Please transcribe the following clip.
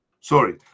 sorry